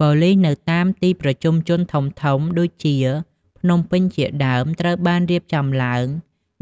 ប៉ូលិសនៅតាមទីប្រជុំជនធំៗដូចជាភ្នំពេញជាដើម ត្រូវបានរៀបចំឡើង